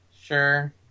Sure